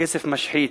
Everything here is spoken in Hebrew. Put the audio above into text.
הכסף משחית,